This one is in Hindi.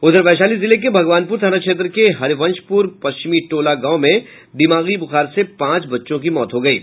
उधर वैशाली जिले के भगवानपुर थाना क्षेत्र के हरवंशपुर पश्चिमी टोला गांव में दिमागी ब्रुखार से पांच बच्चों की मौत हो गयी है